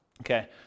Okay